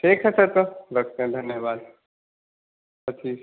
ठीक है सर तो रखते हैं धन्यवाद